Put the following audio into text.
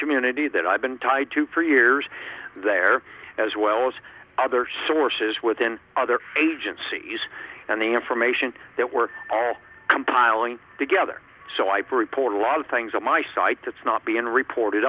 community that i've been tied to for years there as well as other sources within other agencies and the information that we're all compiling together so i report a lot of things on my site that's not being reported